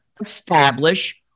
establish